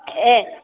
এই